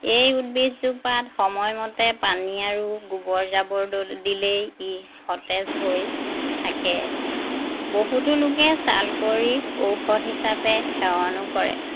এই উদ্ভিদজোপাত সময়মতে পানী আৰু গোবৰ জাবৰ দিলেই ই সতেজ হৈ থাকে বহুতো লোকে ছালকুঁৱৰীক ঔষধ হিচাপে সেৱনো কৰে